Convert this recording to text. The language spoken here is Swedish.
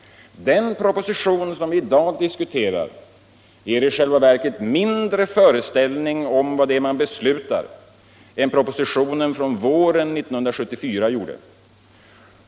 Den proposition vi i dag diskuterar ger i själva verket än mindre föreställning om vad det är man beslutar än propositionen från våren 1974.